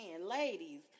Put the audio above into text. Ladies